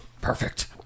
perfect